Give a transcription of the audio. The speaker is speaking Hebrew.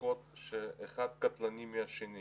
דוחות שאחד קטלני יותר מהשני.